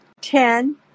Ten